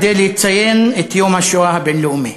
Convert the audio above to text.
כדי לציין את יום השואה הבין-לאומי,